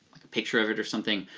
like a picture of it or something,